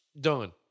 Done